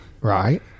right